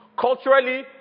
Culturally